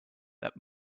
that